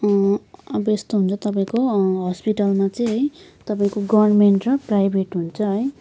अब यस्तो हुन्छ तपाईँको हस्पिटलमा चाहिँ है तपाईँको गभर्मेन्ट र प्राइभेट हुन्छ है